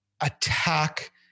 attack